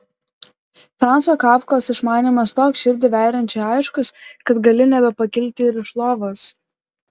franco kafkos išmanymas toks širdį veriančiai aiškus kad gali nebepakilti ir iš lovos